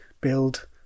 build